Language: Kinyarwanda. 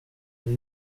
ari